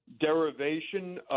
derivation